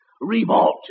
revolt